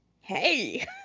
hey